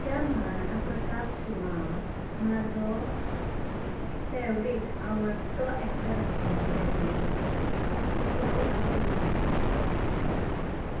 त्या महाराणा प्रताप शोवांक म्हाजो फेवरेट आवडतो एक्टर आसलो फैजल खान तेका लागून हांव पळयतालें